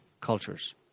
cultures